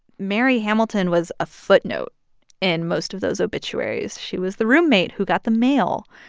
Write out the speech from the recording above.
mary hamilton was a footnote in most of those obituaries. she was the roommate who got the mail.